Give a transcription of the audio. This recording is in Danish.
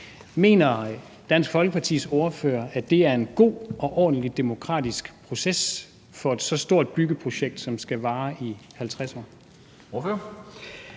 Mener Dansk Folkepartis ordfører, at det er en god og ordentlig demokratisk proces for et så stort byggeprojekt, som skal vare i 50 år? Kl.